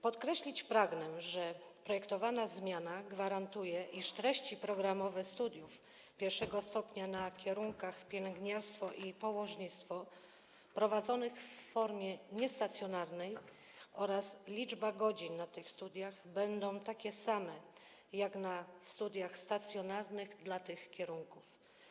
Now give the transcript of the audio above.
Podkreślić pragnę, że projektowana zmiana gwarantuje, iż treści programowe studiów I stopnia na kierunkach pielęgniarstwo i położnictwo prowadzonych w formie niestacjonarnej oraz liczba godzin na tych studiach będą takie same jak na studiach stacjonarnych na tych kierunkach.